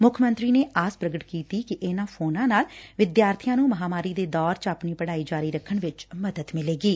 ਮੁੱਖ ਮੰਤਰੀ ਨੇ ਆਸ ਪੁਗਟ ਕੀਤੀ ਕਿ ਇਨਾਂ ਫੌਨਾਂ ਨਾਲ ਵਿਦਿਆਰਬੀਆਂ ਨੰ ਮਹਾਂਮਾਰੀ ਦੇ ਦੌਰ ਚ ਆਪਣੀ ਪੜਾਈ ਜਾਰੀ ਰੱਖਣ ਵਿਚ ਮਦਦ ਮਿਲੇਗੀ